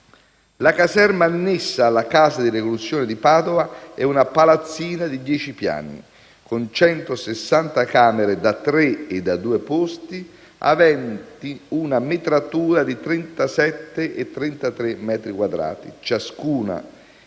La caserma annessa alla Casa di reclusione di Padova è una palazzina di dieci piani, con 160 camere da tre e da due posti, aventi una metratura di 37 e 33 metri quadri ciascuna